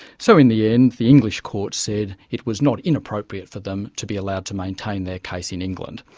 so in the end the english court said it was not inappropriate for them to be allowed to maintain their case in england.